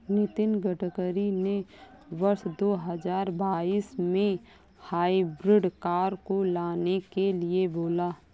नितिन गडकरी ने वर्ष दो हजार बाईस में हाइब्रिड कार को लाने के लिए बोला